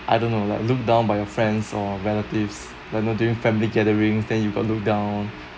I don't know like look down by your friends or relatives like or during family gatherings then you got look down